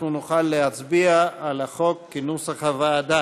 אנחנו נוכל להצביע על החוק כנוסח הוועדה.